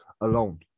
alone